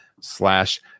slash